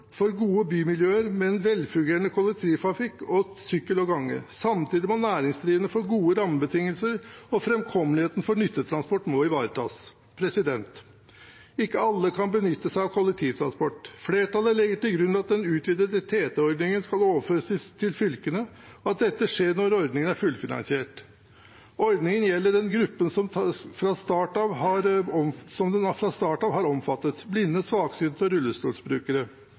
for gode bymiljøer med en velfungerende kollektivtrafikk, sykkel og gange. Samtidig må næringslivet få gode rammebetingelser, og framkommeligheten for nyttetransport må ivaretas. Ikke alle kan benytte seg av kollektivtransport. Flertallet legger til grunn at den utvidede TT-ordningen skal overføres til fylkene, og at dette skjer når ordningen er fullfinansiert. Ordningen gjelder den gruppen som den fra starten av har omfattet: blinde, svaksynte og rullestolbrukere. I den